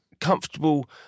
comfortable